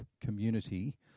community